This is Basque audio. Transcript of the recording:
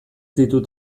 ditut